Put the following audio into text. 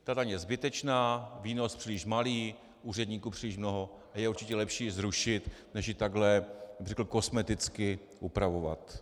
Ta daň je zbytečná, výnos příliš malý, úředníků příliš mnoho a je určitě lepší ji zrušit než ji takhle, řekl bych, kosmeticky upravovat.